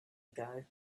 ago